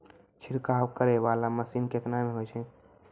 छिड़काव करै वाला मसीन केतना मे होय छै?